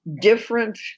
different